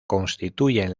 constituyen